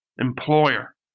employer